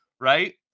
Right